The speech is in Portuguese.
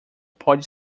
pode